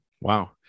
Wow